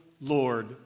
Lord